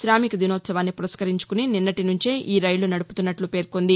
శామిక దినోత్సవాన్ని పురస్కరించుకుని నిన్నటి నుంచే ఈ రైళ్లు నడుపుతున్నట్లు పేర్కొంది